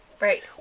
Right